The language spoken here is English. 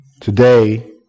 today